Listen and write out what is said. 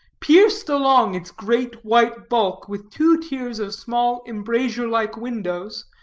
pierced along its great white bulk with two tiers of small embrasure-like windows,